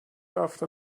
after